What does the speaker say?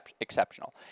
exceptional